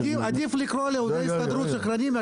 עדיף לקרוא לעובדי ההסתדרות שקרנים.